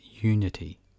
unity